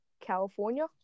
California